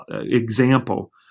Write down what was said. example